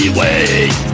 wait